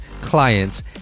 clients